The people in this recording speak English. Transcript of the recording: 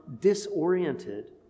disoriented